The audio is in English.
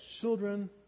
children